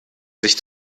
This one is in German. sich